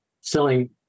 selling